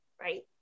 right